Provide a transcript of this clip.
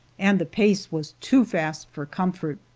and the pace was too fast for comfort.